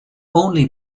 only